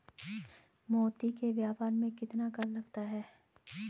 मोती के व्यापार में कितना कर लगता होगा?